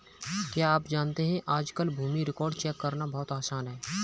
क्या आप जानते है आज कल भूमि रिकार्ड्स चेक करना बहुत आसान है?